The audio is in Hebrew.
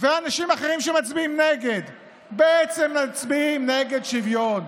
ואנשים אחרים שמצביעים נגד בעצם מצביעים נגד שוויון,